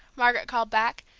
margaret called back,